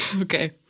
Okay